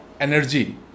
Energy